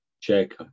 check